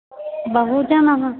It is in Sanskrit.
बहुजनः